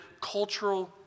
cultural